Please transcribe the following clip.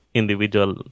individual